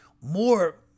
more